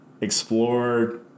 explore